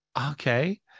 Okay